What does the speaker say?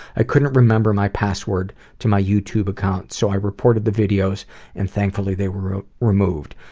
i couldn't remember my password to my youtube account, so i reported the videos and thankfully, they were removed.